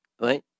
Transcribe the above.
Right